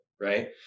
right